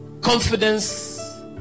confidence